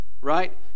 right